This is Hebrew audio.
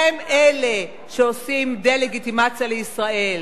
הם אלה שעושים דה-לגיטימציה לישראל.